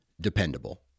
dependable